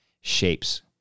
shapes